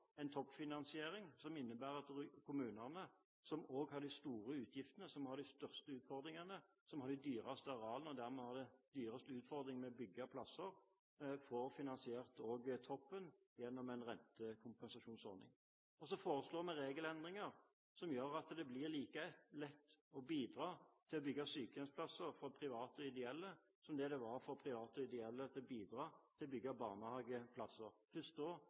en toppfinansiering som innebærer at de kommunene som har de største utgiftene, som har de største utfordringene, som har de dyreste arealene og dermed de største utfordringene med å bygge plasser, får finansiert også toppen gjennom en rentekompensasjonsordning. Så foreslår vi regelendringer som gjør at det blir like lett å bidra til å bygge sykehjemsplasser for private ideelle som det var for private ideelle å bidra til å bygge barnehageplasser.